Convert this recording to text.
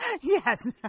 Yes